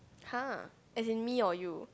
!huh! as in me or you